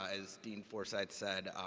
as dean forsythe said,